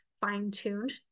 fine-tuned